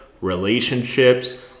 relationships